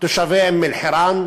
תושבי אום-אלחיראן.